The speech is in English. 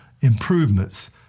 improvements